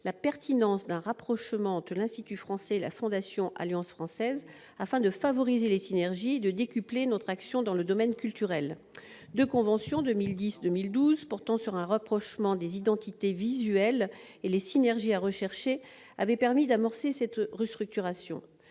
la pertinence d'un rapprochement entre l'Institut français et la Fondation Alliance française, afin de favoriser les synergies et de décupler notre action dans le domaine culturel ». Deux conventions, de 2010 et 2012, portant sur le rapprochement des identités visuelles et les synergies à rechercher avaient permis d'amorcer cette restructuration.